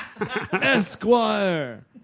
Esquire